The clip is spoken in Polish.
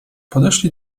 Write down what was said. podeszli